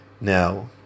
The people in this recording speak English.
Now